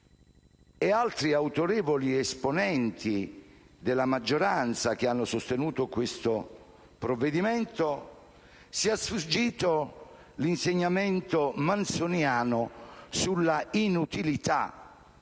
altri autorevoli esponenti della maggioranza che hanno sostenuto questo provvedimento, sia sfuggito l'insegnamento manzoniano sulla inutilità,